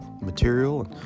material